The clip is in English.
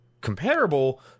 comparable